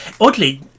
Oddly